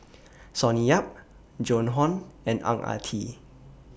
Sonny Yap Joan Hon and Ang Ah Tee